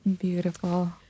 beautiful